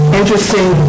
interesting